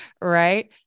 Right